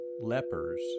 lepers